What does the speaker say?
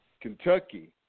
Kentucky